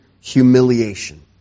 humiliation